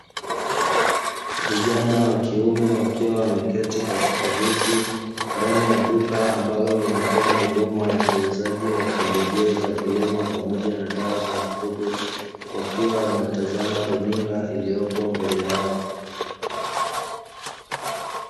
Vijana wa kiume wakiwa wameketi katika viti, ndani ya duka ambalo linatoa huduma ya uuzaji wa pembejeo za kilimo pamoja na dawa za mifugo, wakiwa wanatazama runinga iliyopo mbele yao.